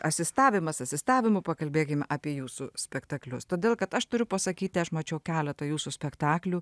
asistavimas asistavimu pakalbėkim apie jūsų spektaklius todėl kad aš turiu pasakyti aš mačiau keletą jūsų spektaklių